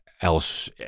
else